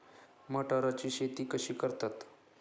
मटाराची शेती कशी करतात?